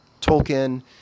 Tolkien